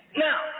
Now